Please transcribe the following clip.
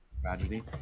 tragedy